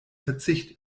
verzicht